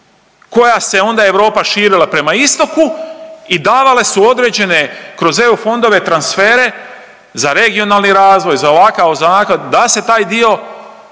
koja se onda Europa širila prema istoku i davale su određene, kroz EU fondove transfere, za regionalni razvoj, za ovakav,